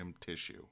tissue